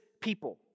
people